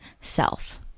self